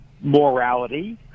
morality